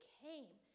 came